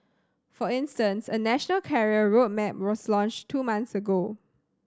for instance a national career road map was launched two months ago